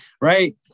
Right